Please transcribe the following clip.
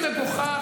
זה מגוחך.